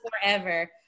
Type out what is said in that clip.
forever